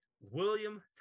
William